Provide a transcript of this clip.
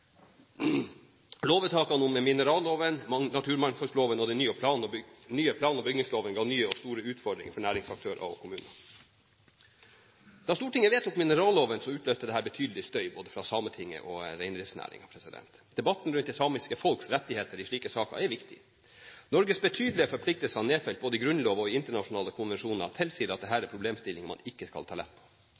Lovvedtakene om mineralloven, naturmangfoldloven og den nye plan- og bygningsloven ga nye og store utfordringer for næringsaktører og kommuner. Da Stortinget vedtok mineralloven, utløste dette betydelig støy fra både Sametinget og reindriftsnæringen. Debatten rundt det samiske folks rettigheter i slike saker er viktig. Norges betydelige forpliktelser nedfelt både i Grunnloven og i internasjonale konvensjoner tilsier at dette er problemstillinger man ikke skal ta lett på.